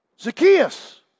Zacchaeus